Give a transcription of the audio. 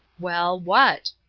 well, what?